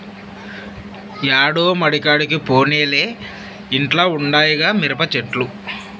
యాడో మడికాడికి పోనేలే ఇంట్ల ఉండాయిగా మిరపచెట్లు